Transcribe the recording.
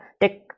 dick